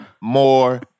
more